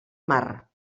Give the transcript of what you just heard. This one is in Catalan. mar